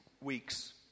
weeks